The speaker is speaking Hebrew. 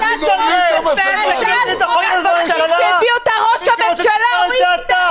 מי שהביא את החוק הזה זו הממשלה, ומי שרוצה